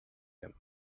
him